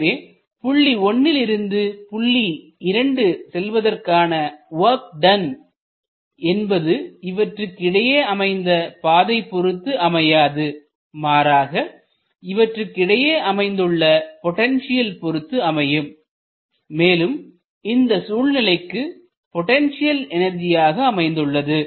எனவே புள்ளி 1 லிருந்து புள்ளி 2 செல்வதற்கான ஓர்க் டன் என்பது இவற்றிற்கு இடையே அமைந்த பாதை பொருத்து அமையாது மாறாக இவற்றுக்கு இடையே அமைந்துள்ள பொட்டன்ஷியல் பொருத்து அமையும்மேலும் இந்த சூழ்நிலைக்கு பொட்டன்ஷியல் எனர்ஜி ஆக அமைந்துள்ளது